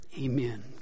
Amen